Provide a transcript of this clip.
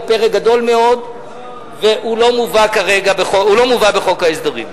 הוא פרק גדול מאוד והוא לא מובא בחוק ההסדרים.